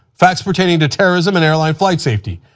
facts pertaining to terrorism and airline flight safety.